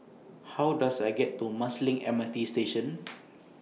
How Does I get to Marsiling M R T Station